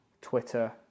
Twitter